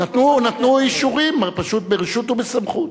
נתנו אישורים ברשות ובסמכות.